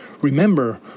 remember